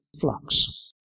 flux